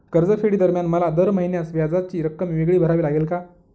कर्जफेडीदरम्यान मला दर महिन्यास व्याजाची रक्कम वेगळी भरावी लागेल का?